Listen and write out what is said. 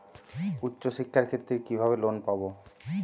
উচ্চশিক্ষার ক্ষেত্রে কিভাবে লোন পাব?